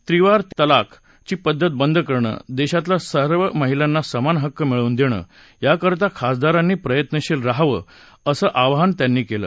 त्रिवार तलाक ची पद्धत बंद करणं देशातल्या सर्व महिलांना समान हक्क मिळवून देणं याकरता खासदारांनी प्रयत्नशील राहावं असं आवाहन त्यांनी केलं